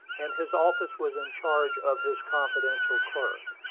and his office was in charge of his confidential clerk.